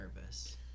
nervous